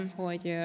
hogy